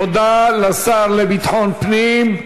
תודה לשר לביטחון פנים.